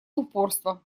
упорства